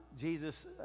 Jesus